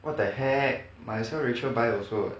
what the heck might as well rachel buy also [what]